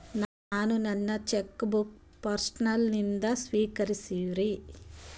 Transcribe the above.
ನಾನು ನನ್ನ cheque book post ಲಿಂದ ಸ್ವೀಕರಿಸಿವ್ರಿ